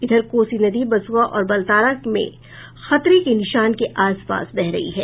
इधर कोसी नदी बसुआ और बलतारा में खतरे के निशान के आसपास बह रही है